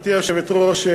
גברתי היושבת-ראש,